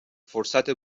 فرصت